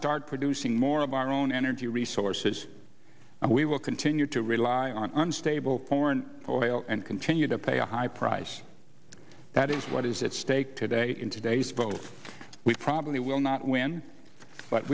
start producing more of our own energy resources and we will continue to rely on unstable corn or oil and continue to pay a high price that is what is at stake today in today's vote we probably will not win but